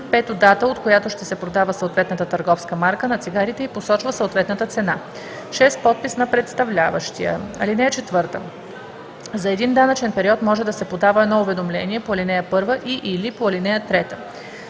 5. дата, от която ще се продава съответната търговска марка на цигарите и посочва съответната цена; 6. подпис на представляващия. (4) За един данъчен период може да се подава едно уведомление по ал. 1 и/или по ал. 3.